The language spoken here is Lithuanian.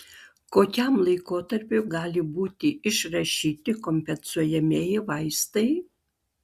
kokiam laikotarpiui gali būti išrašyti kompensuojamieji vaistai